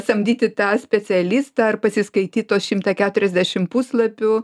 samdyti tą specialistą ar pasiskaityt tuos šimtą keturiasdešim puslapių